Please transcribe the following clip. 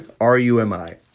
R-U-M-I